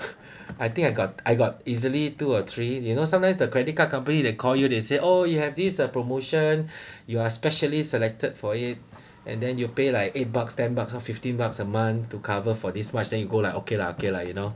I think I got I got easily two or three you know sometimes the credit card company they call you they say oh you have these uh promotion you are specially selected for it and then you pay like eight bucks ten bucks or fifteen bucks a month to cover for this much then you go lah okay lah okay lah you know